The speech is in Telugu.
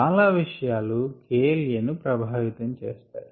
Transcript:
చాలా విషయాలు KLaను ప్రభావితం చేస్తాయి